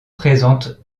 présente